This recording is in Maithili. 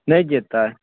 नहि जेतै